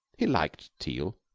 he liked teal.